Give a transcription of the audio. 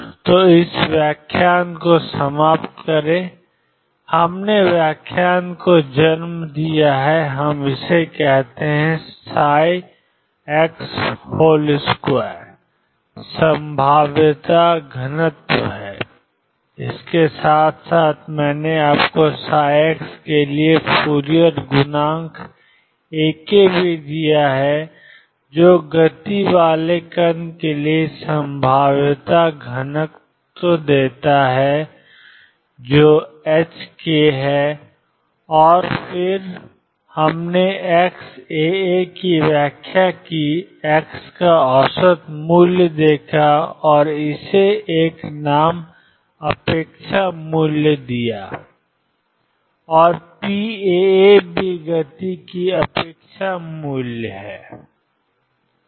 तो इस व्याख्यान को समाप्त करें हमने व्याख्या को जन्म दिया है हम कहते हैं कि x2 संभाव्यता घनत्व है इसके साथ साथ मैंने आपको x के लिए फूरियर गुणांक A भी दिया है जो गति वाले कण के लिए संभाव्यता घनत्व देता है ℏk और फिर हमने xαα की व्याख्या की एक्स का औसत मूल्य और इसे एक नाम अपेक्षा मूल्य दिया और pαα भी गति की अपेक्षा मूल्य है